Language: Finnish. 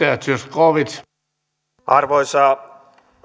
arvoisa